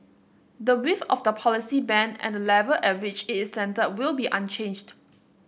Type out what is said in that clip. the width of the policy band and the level at which it's centred will be unchanged